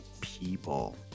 people